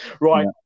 Right